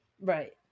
Right